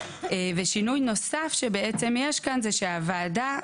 שינוי נוסף שבעצם יש כאן, הוא שהוועדה ,